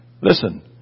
Listen